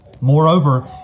Moreover